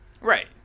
Right